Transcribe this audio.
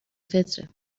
فطره